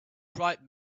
bright